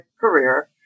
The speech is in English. career